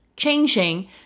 Changing